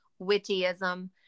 wittyism